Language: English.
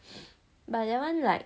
but that one like